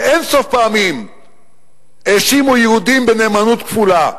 ואין-סוף פעמים האשימו יהודים בנאמנות כפולה.